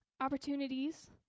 opportunities